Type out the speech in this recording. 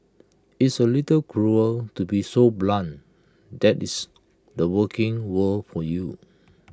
it's A little cruel to be so blunt that's the working world for you